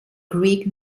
greek